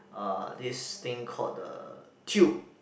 uh this thing called the Tube